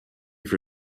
for